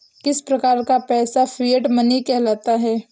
किस प्रकार का पैसा फिएट मनी कहलाता है?